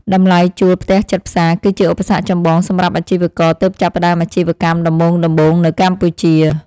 តម្លៃជួលផ្ទះជិតផ្សារគឺជាឧបសគ្គចម្បងសម្រាប់អាជីវករទើបចាប់ផ្តើមអាជីវកម្មដំបូងៗនៅកម្ពុជា។